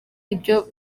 ibyo